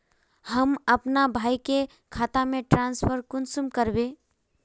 हम अपना भाई के खाता में ट्रांसफर कुंसम कारबे?